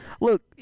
Look